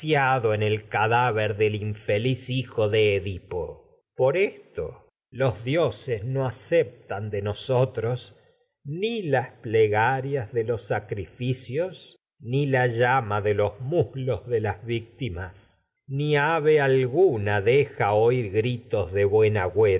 el cadáver del infeliz no hijo otros de ni edipo las por los dioses aceptan de nos plegarias las de los ni sacrificios ave ni la llama de los muslos de víctimas alguna deja oír gri saciado en tos de buen